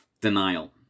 denial